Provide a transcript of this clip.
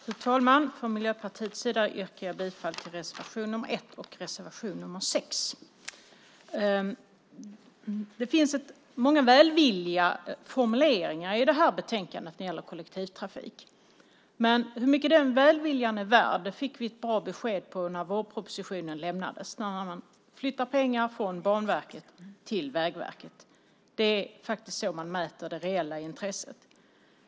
Fru talman! För Miljöpartiets räkning yrkar jag bifall till reservation nr 1 och reservation nr 6. Det finns många välvilliga formuleringar i det här betänkandet när det gäller kollektivtrafik. Men hur mycket den välviljan är värd fick vi ett bra besked om när vårpropositionen lämnades. Man flyttar pengar från Banverket till Vägverket. Det är så man mäter det reella intresset.